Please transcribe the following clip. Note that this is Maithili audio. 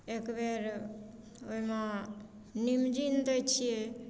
एकबेर ओइमे नीमजीम दै छियै